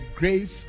grave